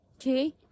Okay